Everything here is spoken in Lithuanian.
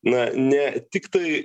na ne tiktai